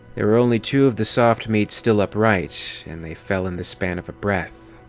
there were only two of the soft meat still upright, and they fell in the span of a breath.